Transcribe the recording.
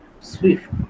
Swift